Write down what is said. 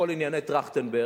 כל ענייני טרכטנברג,